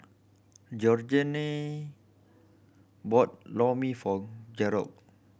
Georgene bought Lor Mee for Gerold